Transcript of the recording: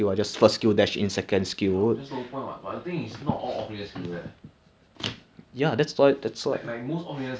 but !wah! cannot play him sometimes leh it's like by right we should be winning but I don't know how are we losing also you know it's the one that I stand still thing